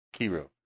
Kiro